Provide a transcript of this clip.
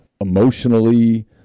emotionally